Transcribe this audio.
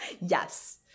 Yes